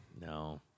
No